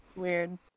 weird